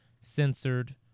censored